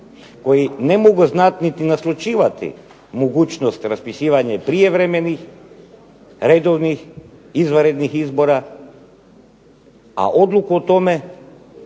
koji ne mogu znati niti naslućivati mogućnost raspisivanja prijevremenih, redovnih, izvanrednih izbora, a odluku o tome